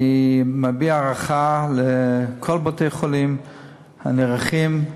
אני מביע הערכה לכל בתי-החולים הנערכים.